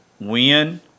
win